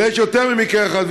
אבל יש יותר ממקרה אחד,